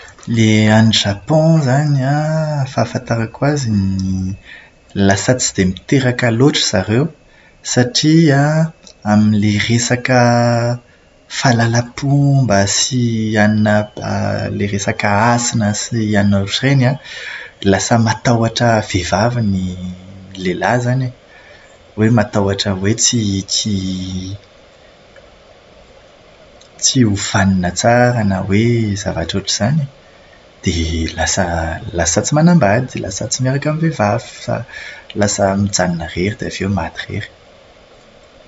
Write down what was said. Ilay any Japon izany an, fahafantarako azy ny lasa tsy dia miteraka loatra zareo satria amin'ilay resaka fahalalam-pomba sy ilay anona resaka hasina sy ilay anona ohatran'izany an, lasa matahotra vehivavy ny lehilahy izany e. Hoe matahotra hoe tsy tsy tsy ho vanona tsara na hoe zavatra ohatr'izany e. Dia lasa lasa tsy manambady dia lasa tsy miaraka amin'ny vehivavy fa lasa mijanona irery dia avy eo maty irery.